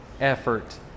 effort